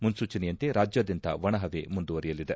ಮುನ್ಲೂಚನೆಯಂತೆ ರಾಜ್ಙಾದ್ದಂತ ಒಣಹವೆ ಮುಂದುವರಿಯಲಿದೆ